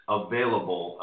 available